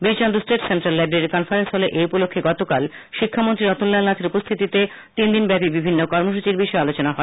Birchandra state central লাইব্রেরীর conference হলে এ উপলক্ষে গতকাল শিক্ষামন্ত্রী রতনলাল নাখের উপস্থিতিতে তিনদিন ব্যাপী বিভিন্ন কর্মসচির বিষয়ে আলোচনা হয়